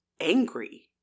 angry